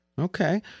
Okay